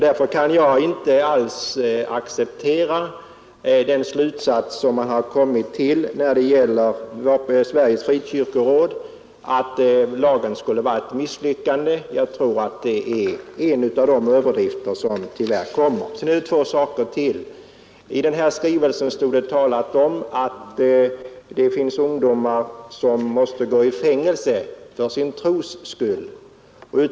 Därför kan jag inte acceptera den slutsats som Sveriges frikyrkoråd kommit till, nämligen att lagen skulle vara ett misslyckande. Det är en av överdrifterna i skrivelsen. I skrivelsen står det vidare talat om att det finns ungdomar som måste gå i fängelse för sin tros skull.